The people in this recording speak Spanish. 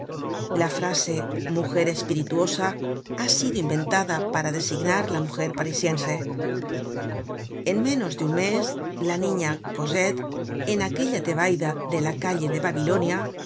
la frase mujer espirituosa ha sido inventada para designar la mujer parisiense en menos de un mes la niña cosette en aquella tebaida de la calle de babilonia